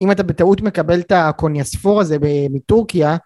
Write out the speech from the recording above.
אם אתה בטעות מקבל את הקוניאספור הזה בטורקיה